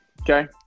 Okay